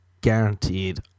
guaranteed